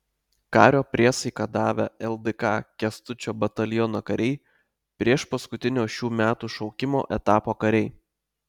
kario priesaiką davę ldk kęstučio bataliono kariai priešpaskutinio šių metų šaukimo etapo kariai